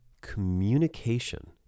communication